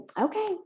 okay